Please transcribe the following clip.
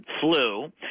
flu